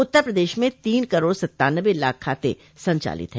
उत्तर प्रदेश में तीन करोड़ सत्तान्नबे लाख खाते संचालित हैं